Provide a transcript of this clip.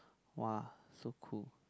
!wah! so cool